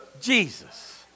Jesus